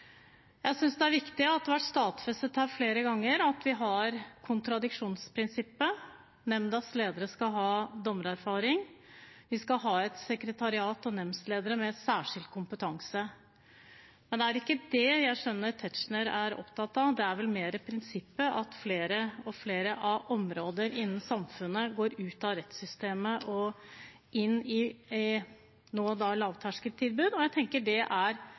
Jeg synes det er viktig at det har vært stadfestet her flere ganger at vi har kontradiksjonsprinsippet, nemndas ledere skal ha dommererfaring, vi skal ha et sekretariat og nemndledere med særskilt kompetanse. Men det er ikke det jeg skjønner Tetzschner er opptatt av – det er vel mer prinsippet om at flere og flere områder innen samfunnet går ut av rettssystemet og inn i, nå, lavterskeltilbud. Jeg tenker det er